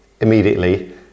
immediately